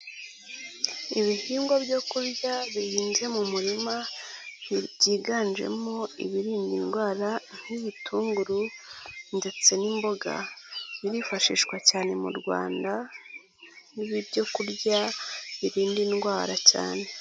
Ibihingwa byo kurya bihinze mu murima, byiganjemo ibirinda indwara nk'ibitunguru ndetse n'imboga, birifashishwa cyane mu Rwanda n'ibi byo kurya, birinda indwara cyane.